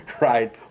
right